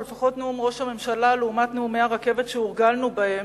או לפחות נאום ראש הממשלה לעומת נאומי הרכבת שהורגלנו בהם,